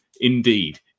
indeed